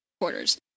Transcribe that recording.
quarters